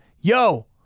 Yo